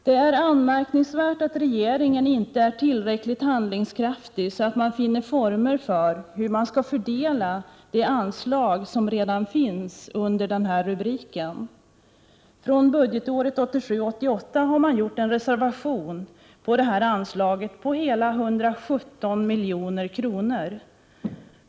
Det anmärkningsvärda är att regeringen inte är tillräckligt handlingskraftig för att finna former för att fördela detta anslag. Från budgetåret 1987/88 har en reservation gjorts på detta anslag med hela 117 miljoner.